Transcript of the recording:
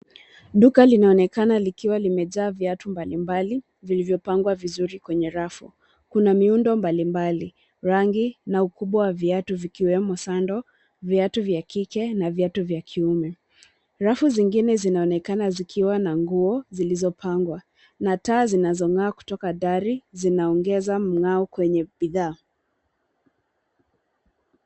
Duka linaonekana likiwa limejaa viatu mbalimbali, vilivyopangwa vizuri kwenye rafu. Kuna miundo mbalimbali, rangi na ukubwa wa viatu vikiwemo sandal , viatu vya kike na viatu vya kiume. Rafu zingine zinaonekana zikiwa na nguo, zilizopangwa, na taa zilizong'aa kutoka dari, zinaongeza mng'ao kwenye bidhaa.